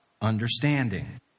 understanding